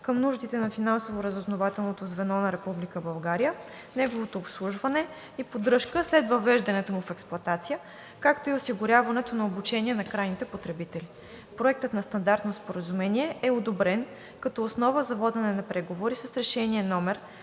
към нуждите на финансово-разузнавателното звено на Република България, неговото обслужване и поддръжка след въвеждането му в експлоатация, както и осигуряването на обучение на крайните потребители. Проектът на Стандартно споразумение е одобрен като основа за водене на преговори с Решение